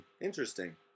interesting